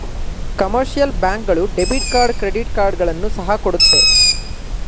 commercial bank ಗಳು debit card credit ಕಾರ್ಡ್ಗಳನ್ನು ಸಹ ಕೊಡುತ್ತೆ